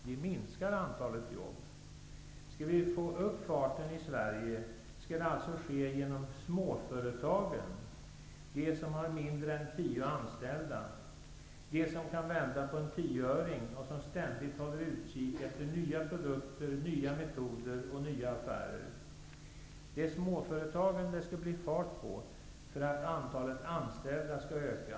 De minskar antalet jobb. Skall vi få upp farten i Sverige, måste det ske genom småföretagen; de som har mindre än 10 anställda, de som kan vända på en tioöring och som ständigt håller utkik efter nya produkter, nya metoder och nya affärer. Det är småföretagen det skall bli fart på för att antalet anställda skall öka.